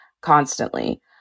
constantly